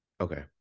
Okay